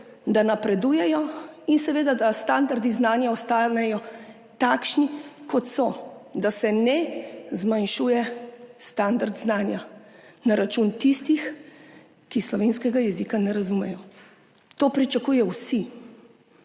da napredujejo. In seveda je pomembno, da standardi znanja ostanejo takšni, kot so, da se ne zmanjšuje standard znanja na račun tistih, ki slovenskega jezika ne razumejo. To pričakujejo vsi,